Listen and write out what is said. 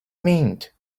meant